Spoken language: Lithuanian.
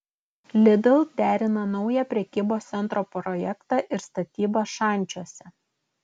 lidl derina naują prekybos centro projektą ir statybas šančiuose